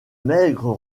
maigres